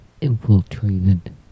infiltrated